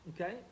Okay